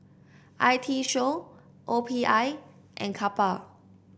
I T Show O P I and Kappa